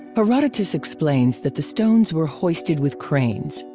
herodotus explains that the stones were hoisted with cranes.